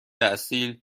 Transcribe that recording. اصیل